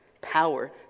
Power